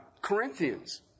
Corinthians